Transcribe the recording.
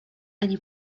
ani